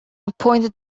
appointed